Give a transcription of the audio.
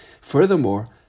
Furthermore